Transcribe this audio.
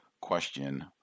question